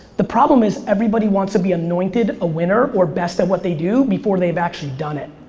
the problem is everybody wants to be anointed a winner, or best at what they do, before they've actually done it.